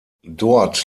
dort